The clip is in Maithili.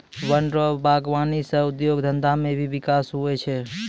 वन रो वागबानी सह उद्योग धंधा मे भी बिकास हुवै छै